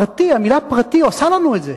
המלה "פרטי" עושה לנו את זה.